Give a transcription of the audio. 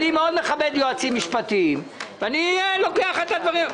אני מכבד מאוד יועצים משפטיים ואני לוקח את הדברים.